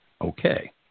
okay